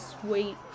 sweet